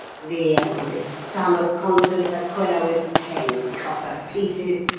the eldest son of constans aquila with ten copper pieces,